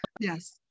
yes